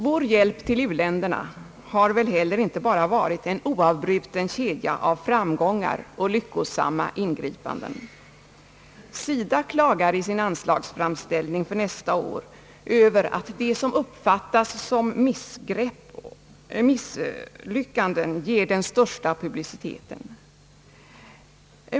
Vår hjälp till u-länderna har väl inte heller varit bara en oavbruten kedja av framgångar och lyckosamma ingripanden. SIDA klagar i sin anslagsframställning för nästa år över att det som uppfattas som misslyckanden ger den största publiciteten.